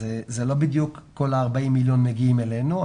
זה לא בדיוק שכל ה-40 מיליון שקלים מגיעים אלינו.